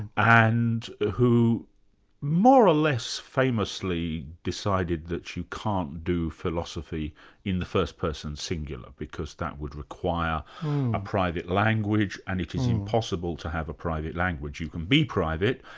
and who more or less famously decided that you can't do philosophy in the first person singular, because that would require a private language language and it is impossible to have a private language. you can be private,